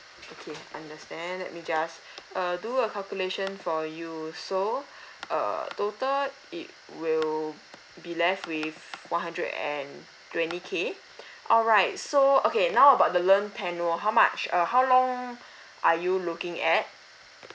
okay understand let me just uh do a calculation for you so uh total it will be left with one hundred and twenty K alright so okay now about the loan tenure how much uh how long are you looking at